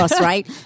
right